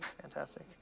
fantastic